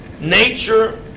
nature